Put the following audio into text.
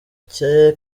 cye